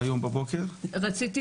אני בגלל זה גם הצטרפתי